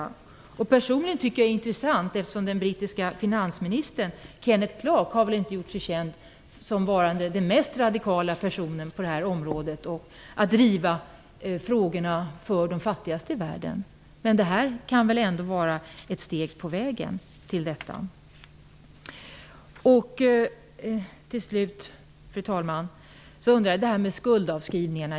Jag tycker personligen att det är intressant. Den brittiske finansministern Kenneth Clarke har väl inte gjort sig känd som varande den mest radikale personen när det gäller att driva frågor för de fattigaste i världen. Det här kan väl ändå vara ett steg på vägen. Till slut, fru talman, undrar jag om skuldavskrivningarna.